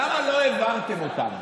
למה לא העברתם אותן?